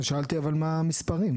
אבל שאלתי מה המספרים?